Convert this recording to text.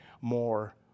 more